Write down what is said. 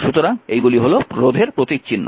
সুতরাং এইগুলি হল প্রতীকচিহ্ন